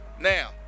Now